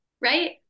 right